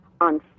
on